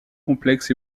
complexes